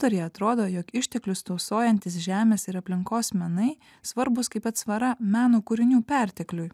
autoriai atrodo jog išteklius tausojantys žemės ir aplinkos menai svarbūs kaip atsvara meno kūrinių pertekliui